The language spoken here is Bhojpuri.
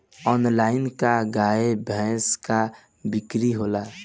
आनलाइन का गाय भैंस क बिक्री होला?